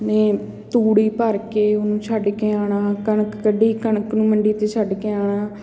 ਨੇ ਤੂੜੀ ਭਰ ਕੇ ਉਹਨੂੰ ਛੱਡ ਕੇ ਆਉਣਾ ਕਣਕ ਕੱਢੀ ਕਣਕ ਨੂੰ ਮੰਡੀ 'ਚ ਛੱਡ ਕੇ ਆਉਣਾ